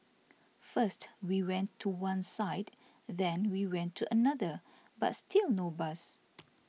first we went to one side then we went to another but still no bus